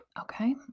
Okay